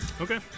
Okay